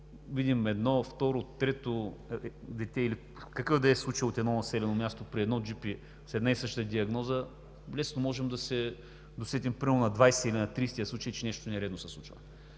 видим едно-второ-трето дете или какъв да е случай от едно населено място при едно джипи с една и съща диагноза, лесно можем да се досетим примерно на двадесетия или на тридесетия случай, че нещо нередно се случва.